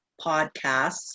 podcasts